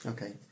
Okay